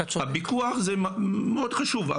הוויכוח הזה מאוד חשוב,